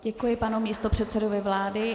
Děkuji panu místopředsedovi vlády.